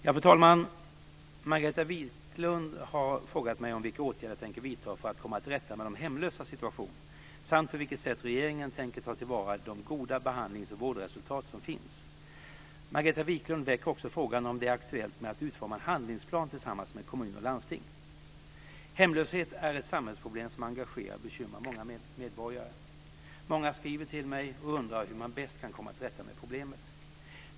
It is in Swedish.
Fru talman! Margareta Viklund har frågat mig vilka åtgärder jag tänker vidta för att komma till rätta med de hemlösas situation samt på vilket sätt regeringen tänker ta till vara de goda behandlings och vårdresultat som finns. Margareta Vilkund väcker också frågan om det är aktuellt att utforma en handlingsplan tillsammans med kommuner och landsting. Hemlöshet är ett samhällsproblem som engagerar och bekymrar många medborgare. Många skriver till mig och undrar hur man bäst kan komma till rätta med problemet.